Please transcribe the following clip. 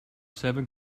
seven